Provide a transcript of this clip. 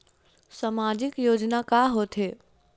सामाजिक योजना का होथे?